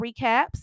recaps